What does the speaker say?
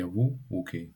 javų ūkiai